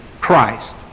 Christ